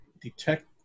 detect